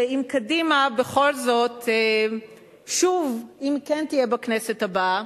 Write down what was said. שאם קדימה בכל זאת תהיה שוב בכנסת הבאה